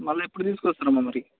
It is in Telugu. మరల ఎప్పుడు తీసుకు వస్తారమ్మ మరి